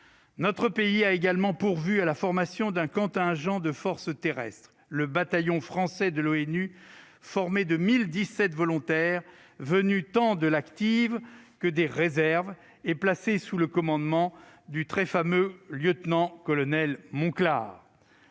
Notre pays a également pourvu à la formation d'un contingent de forces terrestres : le bataillon français de l'ONU, constitué de 1 017 volontaires venus tant de régiments d'active que des réserves, et placé sous le commandement du fameux lieutenant-colonel Monclar.